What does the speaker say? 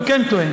הוא כן טועה.